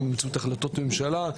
גם באמצעות החלטות ממשלה,